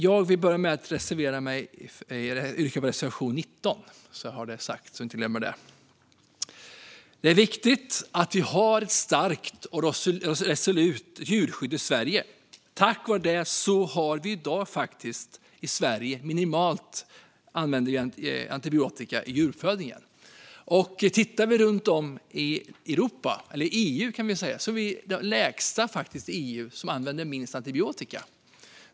Jag yrkar bifall till reservation 19, så har jag det sagt. Det är viktigt att vi har ett starkt och resolut djurskydd i Sverige. Tack vare det har vi i dag en minimal användning av antibiotika i djuruppfödningen. Tittar vi runt om i EU använder vi faktiskt minst antibiotika.